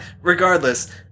regardless